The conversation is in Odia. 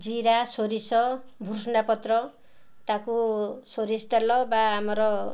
ଜିରା ସୋରିଷ ଭୃଷଙ୍ଗ ପତ୍ର ତାକୁ ସୋରିଷ ତେଲ ବା ଆମର